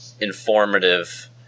informative